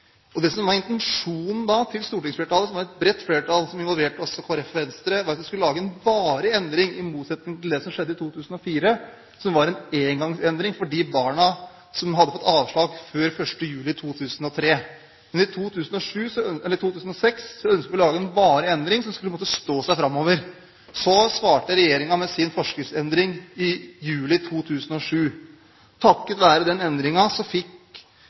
Det som da var intensjonen til stortingsflertallet – et bredt flertall som også involverte Kristelig Folkeparti og Venstre – var at vi skulle lage en varig endring, i motsetning til det som skjedde i 2004, som var en engangsendring for de barna som hadde fått avslag før 1. juli 2003. Men i 2006 ønsket vi å lage en varig endring som skulle stå seg framover. Regjeringen svarte med sin forskriftsendring i juli 2007. Takket være den endringen som da skjedde, fikk